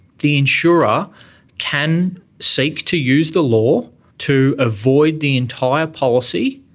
the insurer can seek to use the law to avoid the entire policy,